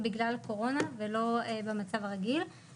בניגוד לפייזר עדיין אין החלטה של מדינת ישראל לתת בוסטר